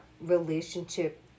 relationship